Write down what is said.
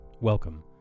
Welcome